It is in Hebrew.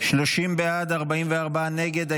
30 בעד, 44 נגד.